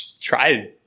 try